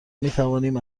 میتوانیم